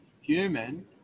human